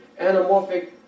anamorphic